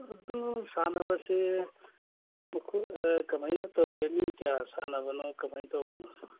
ꯑꯗꯨ ꯁꯥꯟꯅꯕꯁꯦ ꯀꯃꯥꯏꯅ ꯇꯧꯒꯦ ꯃꯤ ꯀꯌꯥ ꯁꯥꯟꯅꯕꯅꯣ ꯀꯃꯥꯏꯅ ꯇꯧꯕꯅꯣ